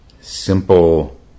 simple